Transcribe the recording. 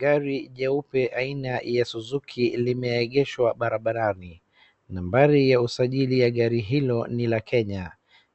Gari jeupe aina ya Suzuki limeegeshwa barabarani. nambari ya usajili ya gari hilo ni la Kenya.